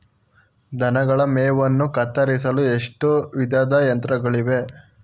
ದನಗಳ ಮೇವನ್ನು ಕತ್ತರಿಸಲು ಎಷ್ಟು ವಿಧದ ಯಂತ್ರಗಳಿವೆ?